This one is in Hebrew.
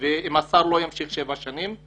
אם השר לא ימשיך שבע שנים,